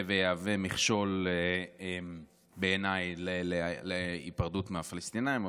ויהווה מכשול בעיניי להיפרדות מהפלסטינים.